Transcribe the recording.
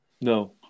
No